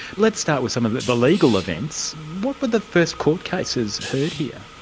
let's start with some of the the legal events what were the first court cases heard here?